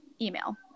email